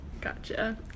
Gotcha